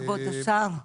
כבוד השר,